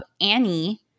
Annie –